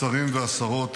השרים והשרות,